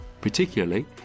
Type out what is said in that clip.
particularly